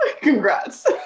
congrats